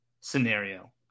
scenario